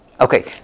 Okay